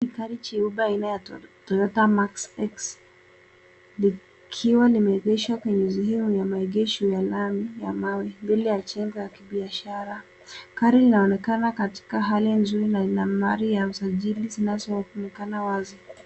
Gari jeupe aina ya Toyota Mark X likiwa limeegeshwa kwenye sehemu ya maegesho ya lami mbele ya jengo la kibishara. Gari linaonekana katika hali nzuri na lina nambari ya usajili zinazoonekana wazi.